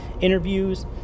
interviews